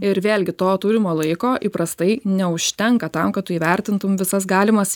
ir vėlgi to turimo laiko įprastai neužtenka tam kad tu įvertintum visas galimas